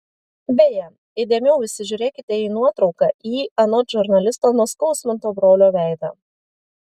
beje įdėmiau įsižiūrėkite į nuotrauką į anot žurnalisto nuskausminto brolio veidą